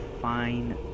fine